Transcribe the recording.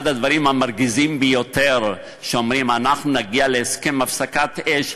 אחד הדברים המרגיזים ביותר הוא שאומרים: אנחנו נגיע להסכם הפסקת אש,